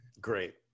great